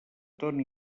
ton